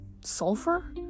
Sulfur